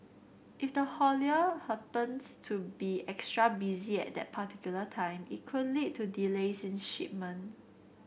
if the haulier happens to be extra busy at that particular time it could lead to delays in shipment